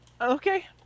Okay